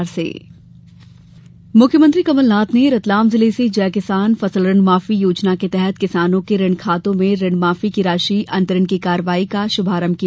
ऋणमाफी मुख्यमंत्री कमलनाथ ने रतलाम जिले से जय किसान ऋणमाफी योजना के तहत किसानों के ऋण खातों में ऋण माफी की राशि अंतरण की कार्यवाही का शुभारंभ किया